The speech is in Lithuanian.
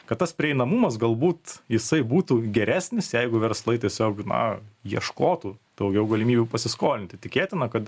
kad tas prieinamumas galbūt jisai būtų geresnis jeigu verslai tiesiog na ieškotų daugiau galimybių pasiskolinti tikėtina kad